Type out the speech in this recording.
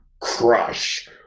crush